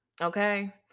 okay